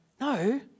no